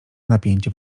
napięcie